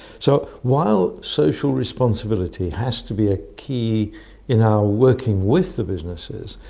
so while social responsibility has to be a key in our working with the businesses,